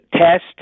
test